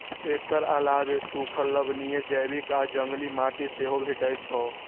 एकर अलावे सूखल, लवणीय, जैविक आ जंगली माटि सेहो भेटै छै